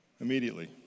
Immediately